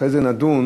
אחרי זה, נדון